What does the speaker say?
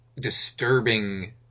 disturbing